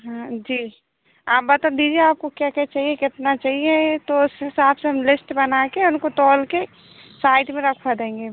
हाँ जी आप बता दीदी आपको क्या क्या चाहिए कितना चाहिए तो उस हिसाब से हम लिस्ट बना के उनको टोल के साइड में रखवा देंगे